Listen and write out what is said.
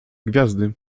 gwiazdy